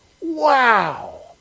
Wow